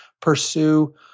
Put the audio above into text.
pursue